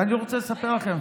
ואני רוצה לספר לכם,